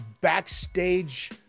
backstage